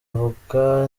avuka